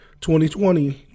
2020